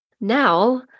now